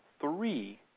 three